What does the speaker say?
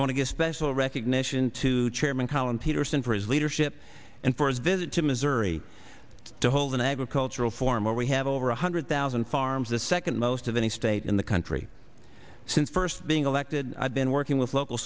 i want to give special recognition to chairman collin peterson for his leadership and for his visit to missouri to hold an agricultural for more we have over one hundred thousand farms the second most of any state in the country since first being elected i've been working with local